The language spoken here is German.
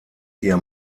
ihr